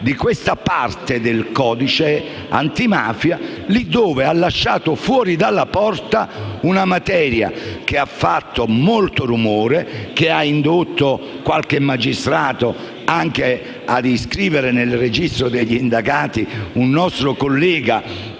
di questa parte del codice antimafia che lascia fuori dalla porta una materia che ha fatto molto rumore, inducendo anche qualche magistrato ad iscrivere nel registro degli indagati un nostro collega,